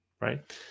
right